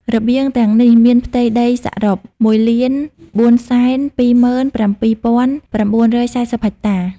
របៀងទាំងនេះមានផ្ទៃដីសរុប ១,៤២៧,៩៤០ ហិកតា។